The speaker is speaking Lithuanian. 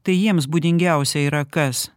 tai jiems būdingiausia yra kas